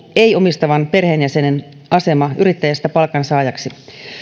ei omistavan perheenjäsenen asema yrittäjästä palkansaajaksi